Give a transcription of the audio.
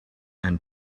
and